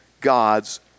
God's